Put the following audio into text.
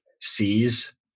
sees